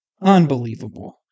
Unbelievable